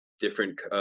different